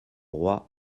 roi